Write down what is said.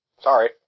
Sorry